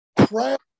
crap